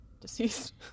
Deceased